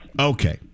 Okay